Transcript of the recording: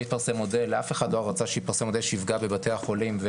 אף אחד לא רצה שיתפרסם מודל שיפגע בבתי החולים,